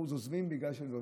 50%, עוזבים בגלל זה.